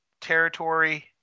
territory